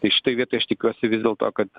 tai šitoj vietoj aš tikiuosi vis dėlto kad